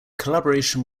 collaboration